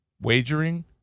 Wagering